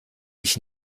ich